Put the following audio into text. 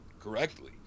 correctly